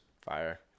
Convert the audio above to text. fire